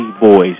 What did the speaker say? Boys